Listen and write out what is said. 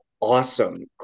awesome